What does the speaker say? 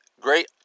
great